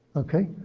ok?